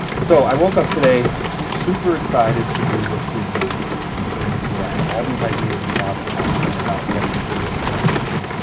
so i woke up today super excited to do this review between the two, i had all these ideas and thoughts in my mind about what this video was going to be.